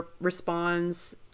responds